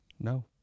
No